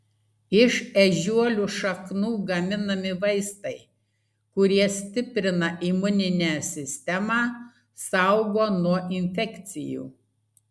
iš ežiuolių šaknų gaminami vaistai kurie stiprina imuninę sistemą saugo nuo infekcijų